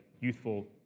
youthful